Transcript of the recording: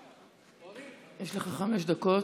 יש לך חמש דקות.